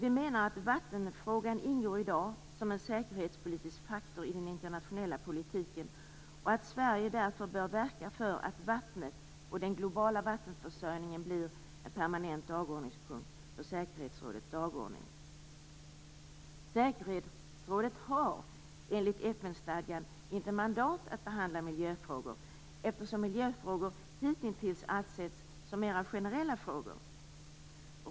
Vi menar att vattenfrågan i dag ingår som en säkerhetspolitisk faktor i den internationella politiken och att Sverige därför bör verka för att vattnet och den globala vattenförsörjningen blir en permanent dagordningspunkt för säkerhetsrådet. Säkerhetsrådet har enligt FN-stadgan inte mandat att behandla miljöfrågor, eftersom miljöfrågor hittills har ansetts som mera generella frågor.